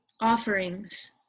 offerings